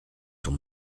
ton